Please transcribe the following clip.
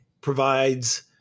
provides